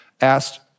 asked